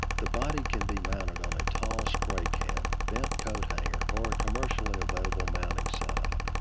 the body can be mounted on a tall spray can, bent coat hanger, or a commercially available mounting set up.